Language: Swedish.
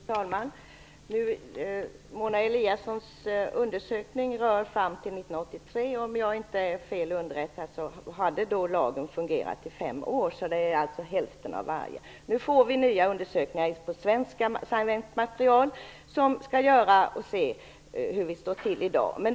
Fru talman! Mona Eliassons undersökning gäller tiden fram till 1983, om jag inte är fel underrättad. Då hade lagen fungerat i fem år. Nu får vi nya undersökningar på svenskt material om var vi står i dag.